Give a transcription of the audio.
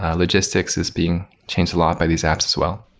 um logistics is being changed a lot by these apps as well